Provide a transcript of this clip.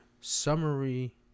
summary